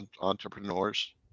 entrepreneurs